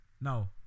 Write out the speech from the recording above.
No